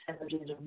energies